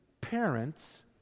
parents